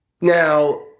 Now